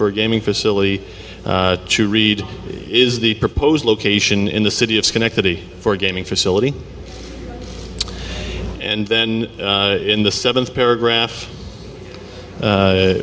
for gaming facility to read is the proposed location in the city of schenectady for gaming facility and then in the seventh paragraph